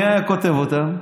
מי היה כותב אותם?